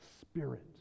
Spirit